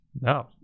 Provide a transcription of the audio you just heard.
No